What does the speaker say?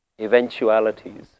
eventualities